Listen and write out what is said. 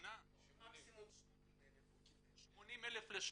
80,000 שקל,